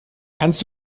kannst